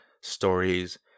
stories